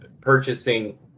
purchasing